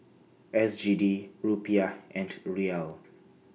S G D Rupiah and Riyal